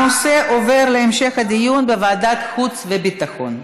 הנושא עובר להמשך הדיון בוועדת חוץ וביטחון.